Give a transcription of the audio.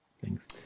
thanks